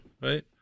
right